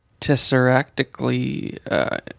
tesseractically